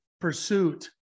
pursuit